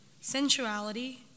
sensuality